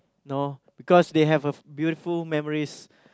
no because they have a beautiful memories